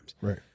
Right